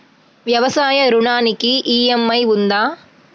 వ్యవసాయ ఋణానికి ఈ.ఎం.ఐ ఉందా?